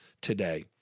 today